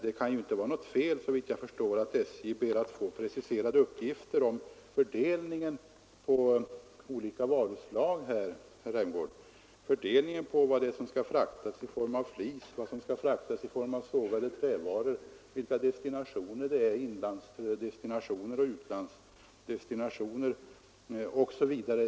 Det kan inte, såvitt jag förstår, vara något fel att SJ ber att få preciserade uppgifter om fördelningen på olika varuslag, vad som skall fraktas i form av flis och vad som skall fraktas i form av sågade trävaror, vilka destinationer det gäller, inlandsdestinationer, utlandsdestinationer osv.